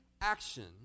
action